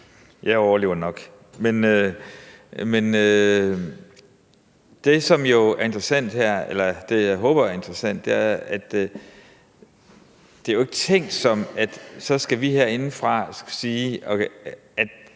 Jeg overlever nok. Det, som er interessant her – eller det, som jeg håber er interessant – er, at det jo ikke er tænkt som, at vi herindefra så skal